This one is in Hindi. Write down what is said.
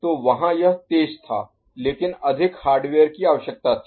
तो वहाँ यह तेज़ था लेकिन अधिक हार्डवेयर की आवश्यकता थी